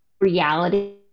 reality